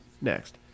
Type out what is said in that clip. next